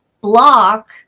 block